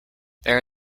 there